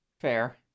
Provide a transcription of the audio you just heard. Fair